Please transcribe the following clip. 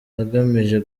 agamije